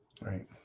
right